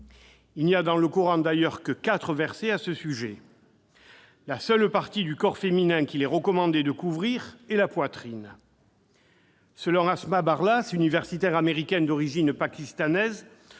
Il n'y a d'ailleurs dans le Coran que quatre versets sur ce sujet. La seule partie du corps féminin qu'il est recommandé de couvrir est la poitrine. Selon Asma Barlas, universitaire américaine d'origine pakistanaise,